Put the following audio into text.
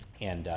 and